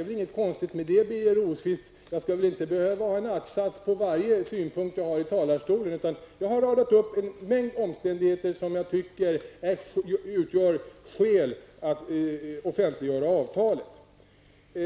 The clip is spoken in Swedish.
ingenting konstigt med det, Birger Rosqvist? Det är väl inte särskilt praktiskt att ha en att-sats beträffande varje kritisk synpunkt man redovisar från talarstolen. Jag har radat upp en mängd omständigheter som enligt min mening utgör skäl till att offentliggöra avtalet.